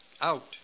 out